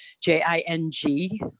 j-i-n-g